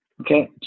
okay